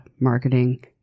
marketing